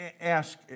ask